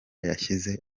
yashyize